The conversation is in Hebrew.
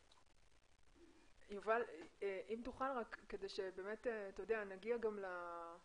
יובל אם תוכל, כדי שבאמת נגיע גם ל-